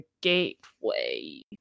gateway